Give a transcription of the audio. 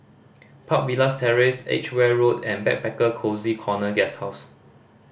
Park Villas Terrace Edgeware Road and Backpacker Cozy Corner Guesthouse